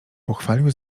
pochwalił